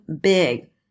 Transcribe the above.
big